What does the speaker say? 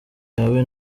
yawe